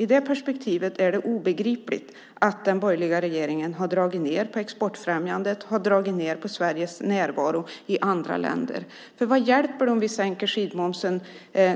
I det perspektivet är det obegripligt att den borgerliga regeringen har dragit ned på exportfrämjandet, har dragit ned på Sveriges närvaro i andra länder. Vad hjälper det om vi sänker skidliftsmomsen